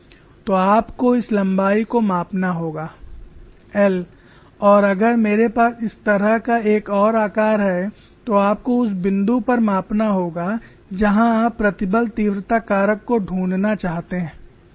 तो आपको इस लंबाई को मापना होगा l और अगर मेरे पास इस तरह का एक और आकार है तो आपको उस बिंदु पर मापना होगा जहां आप प्रतिबल तीव्रता कारक को ढूंढना चाहते हैं